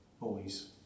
boys